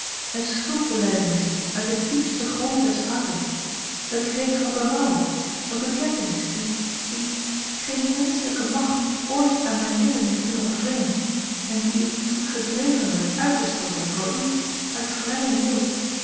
eene schuldbelijdenis uit den diepsten grond des harten een kreet van berouw eene bekentenis die die geene menschelijke macht ooit aan mijne lippen heeft kunnen ontwringen en die ik toen gedreven werd uit te storten voor u uit vrijen wil